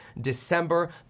December